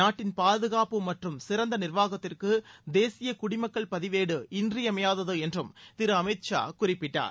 நாட்டின் பாதுகாப்பு மற்றும் சிறந்த நிர்வாகத்திற்கு தேசிய குடிமக்கள் பதிவேடு இன்றியமையாதது என்றும் திரு அமீத் ஷா குறிப்பிட்டார்